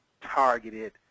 targeted